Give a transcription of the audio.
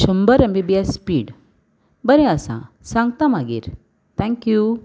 शंबर MBBS speed बरें आसा सांगता मागीर थँक्यू